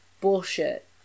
bullshit